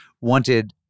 wanted